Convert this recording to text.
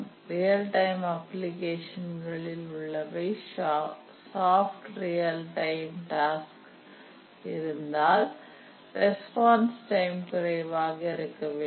real time அப்ளிகேஷன்களில் உள்ளவை soft real time task இருந்தால்ரெஸ்பான்ஸ் டைம் குறைவாக இருக்க வேண்டும்